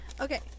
Okay